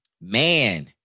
Man